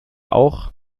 auch